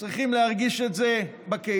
הם צריכים להרגיש את זה בקהילה,